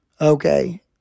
Okay